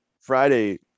friday